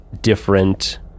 different